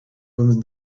woman